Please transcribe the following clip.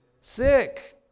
Sick